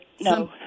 No